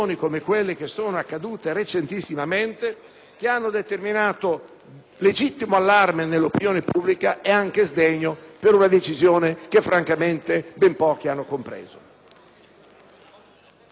legittimo allarme dell'opinione pubblica e lo sdegno per una decisione che francamente ben pochi hanno compreso. Abbiamo all'esame oggi dell'Aula alcune proposte